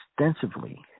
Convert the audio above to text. extensively